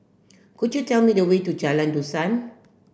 could you tell me the way to Jalan Dusan